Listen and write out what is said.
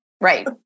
Right